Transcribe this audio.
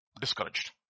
discouraged